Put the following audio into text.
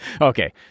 Okay